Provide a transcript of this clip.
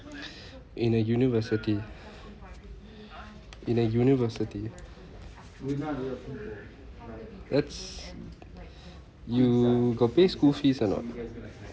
in a university in a university that's you got pay school fees or not